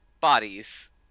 bodies